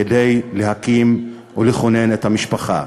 כדי להקים ולכונן משפחה.